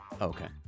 Okay